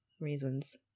reasons